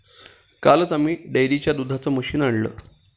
कालच आम्ही डेअरीसाठी दुधाचं मशीन आणलं